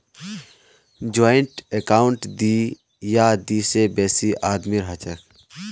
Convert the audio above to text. joint account दी या दी से बेसी आदमीर हछेक